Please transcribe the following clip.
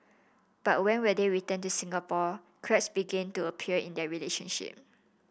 but when they returned to Singapore cracks began to appear in their relationship